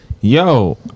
yo